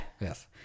Yes